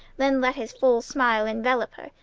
then let his full smile envelop her,